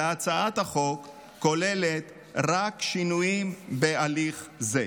והצעת החוק כוללת רק שינויים בהליך זה.